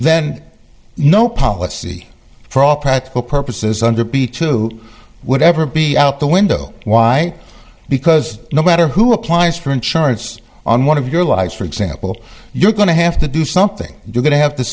then no policy for all practical purposes under b two would ever be out the window why because no matter who applies for insurance on one of your lies for example you're going to have to do something you're going to have to